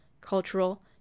cultural